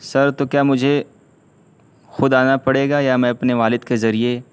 سر تو کیا مجھے خود آنا پڑے گا یا میں اپنے والد کے ذریعے